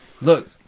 Look